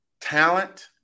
talent